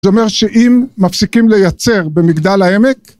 זה אומר שאם מפסיקים לייצר במגדל העמק